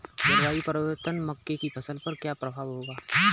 जलवायु परिवर्तन का मक्के की फसल पर क्या प्रभाव होगा?